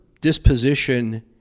disposition